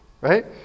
Right